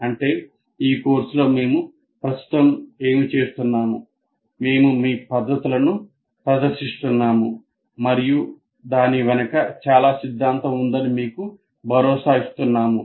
అంటే ఈ కోర్సులో మేము ప్రస్తుతం ఏమి చేస్తున్నాం మేము మీ పద్ధతులను ప్రదర్శిస్తున్నాము మరియు దాని వెనుక చాలా సిద్ధాంతం ఉందని మీకు భరోసా ఇస్తున్నాము